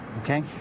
okay